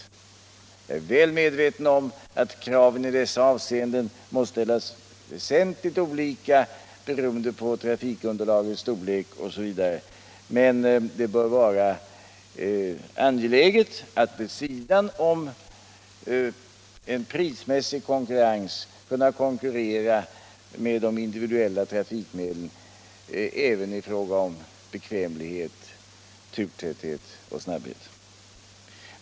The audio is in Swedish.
Jag är väl medveten om att kraven i dessa avseenden måste ställas väsentligt olika beroende på trafikunderlaget osv., men det bör vara angeläget att vid sidan om en prismässig konkurrens konkurrera med de individuella trafikmedlen även i fråga om bekvämlighet, turtäthet och snabbhet.